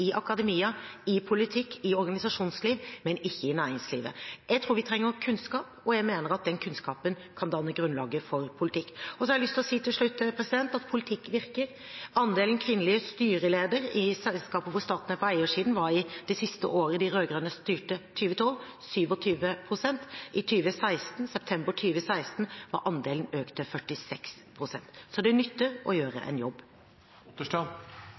i akademia, i politikk, i organisasjonsliv, men ikke i næringslivet? Jeg tror vi trenger kunnskap, og jeg mener at den kunnskapen kan danne grunnlaget for politikk. Så har jeg lyst til å si til slutt at politikk virker. Andelen kvinnelige styreledere i selskaper hvor staten er på eiersiden, var i det siste året de rød-grønne styrte, 2012, 27 pst. I september 2016 var andelen økt til 46 pst. Så det nytter å gjøre en